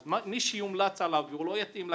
אז מי שיומלץ עליו והוא לא יתאים לקריטריונים,